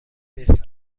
نیست